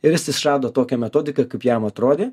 ir jis išrado tokią metodiką kaip jam atrodė